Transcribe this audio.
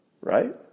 right